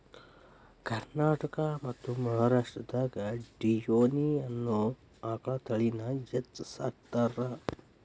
ಕರ್ನಾಟಕ ಮತ್ತ್ ಮಹಾರಾಷ್ಟ್ರದಾಗ ಡಿಯೋನಿ ಅನ್ನೋ ಆಕಳ ತಳಿನ ಹೆಚ್ಚ್ ಸಾಕತಾರ